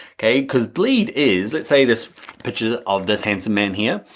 okay? cuz bleed is, let's say this picture of this handsome man here,